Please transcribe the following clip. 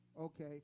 Okay